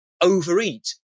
overeat